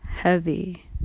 heavy